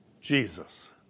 Jesus